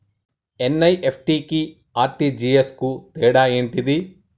NEFT కి RTGS కు తేడా ఏంటిది?